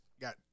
got